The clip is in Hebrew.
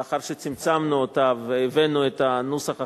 לאחר שצמצמנו אותה והבאנו את הנוסח החדש.